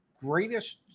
greatest